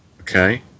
Okay